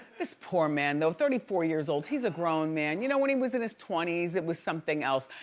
this poor man though, thirty four years old, he's a grown man. you know, when he was in his twenties it was something else.